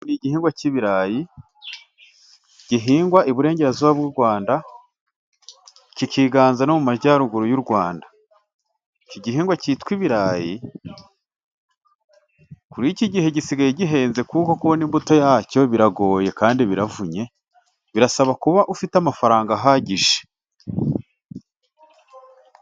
Igihingwa cy'ibirayi gihingwa iburengerazuba bw'u Rwanda, kikiganza no mu majyaruguru y'u Rwanda. Iki gihingwa cyitwa ibirayi, kuri iki gihe gisigaye gihenze, kuko kubona imbuto yacyo biragoye kandi biravunye. Birasaba kuba ufite amafaranga ahagije.